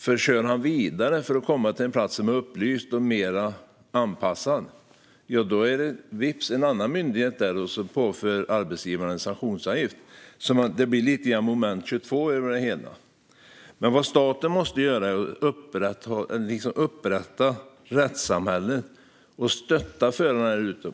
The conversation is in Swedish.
Om han kör vidare för att komma till en plats som är upplyst och mer anpassad är det vips en annan myndighet som påför arbetsgivaren en sanktionsavgift. Det blir lite grann ett moment 22 över det hela. Vad staten måste göra är att upprätta rättssamhället och stötta förarna därute.